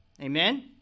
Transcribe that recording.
Amen